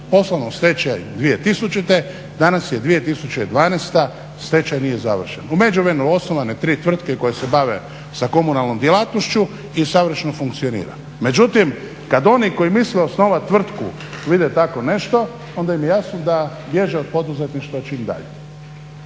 poslano u stečaj 2000., danas je 2012., stečaj nije završen. U međuvremenu osnovane su tri tvrtke koje se bave sa komunalnom djelatnošću i savršeno funkcionira. Međutim, kad oni koji misle osnovat tvrtku vide tako nešto onda im je jasno da bježe od poduzetništva čim dalje.